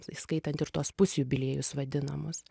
įskaitant ir tuos pusjubiliejus vadinamus